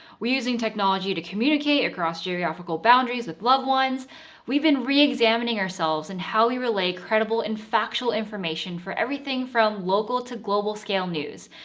we're using technology to communicate across geographical boundaries with loved ones we've been reexamining ourselves in how we relay credible and factual information for everything from local to global scale news.